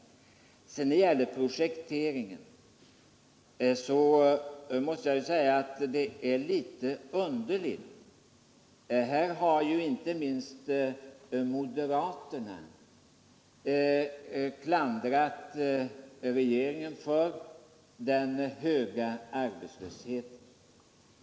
När det gäller projekteringen måste jag säga att herr Brundins resonemang är litet underligt. Inte minst moderaterna har klandrat regeringen för den höga arbetslösheten.